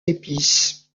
épices